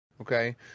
Okay